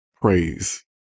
praise